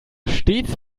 stets